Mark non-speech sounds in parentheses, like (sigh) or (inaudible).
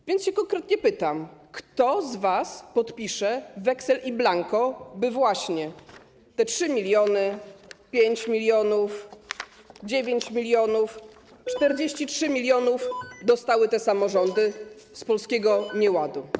A więc konkretnie pytam: Kto z was podpisze weksel in blanco, by właśnie te 3 mln, 5 mln, 9 mln, 43 mln (noise) dostały te samorządy z polskiego nieładu?